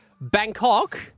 Bangkok